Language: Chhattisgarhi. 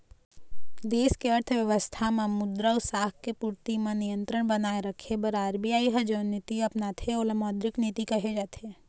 देस के अर्थबेवस्था म मुद्रा अउ साख के पूरति म नियंत्रन बनाए रखे बर आर.बी.आई ह जउन नीति अपनाथे ओला मौद्रिक नीति कहे जाथे